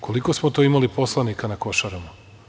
Koliko smo to imali poslanika na Košarama?